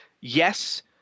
yes